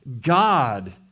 God